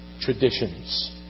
traditions